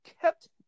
kept